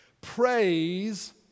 Praise